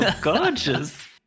gorgeous